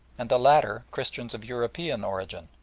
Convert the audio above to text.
and the latter christians of european origin.